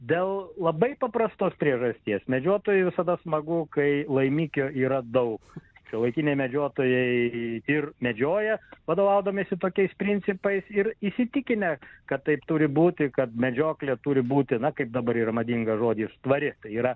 dėl labai paprastos priežasties medžiotojui visada smagu kai laimikio yra daug šiuolaikiniai medžiotojai ir medžioja vadovaudamiesi tokiais principais ir įsitikinę kad taip turi būti kad medžioklė turi būti na kaip dabar yra madingas žodis tvari tai yra